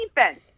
defense